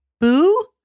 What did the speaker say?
boo